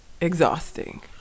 Exhausting